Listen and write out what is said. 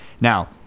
Now